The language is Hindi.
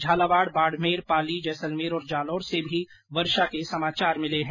झालावाड बाड़मेर पाली जैसलमेर और जालौर से भी वर्षा के समाचार मिले हैं